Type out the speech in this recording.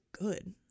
good